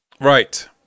Right